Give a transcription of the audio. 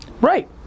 Right